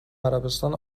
عربستان